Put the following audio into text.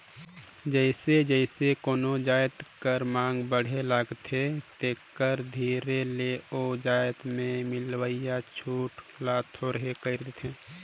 जइसे जइसे कोनो जाएत कर मांग बढ़े लगथे तेकर धीरे ले ओ जाएत में मिलोइया छूट ल थोरहें कइर देथे